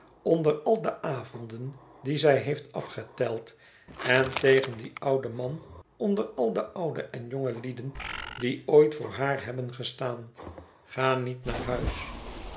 onder al de avonden die zij heeft afgeteld en tegen dien ouden man onder al de oude en jonge lieden die ooit voor haar hebben gestaan ga niet naar huis